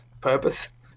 purpose